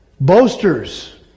Boasters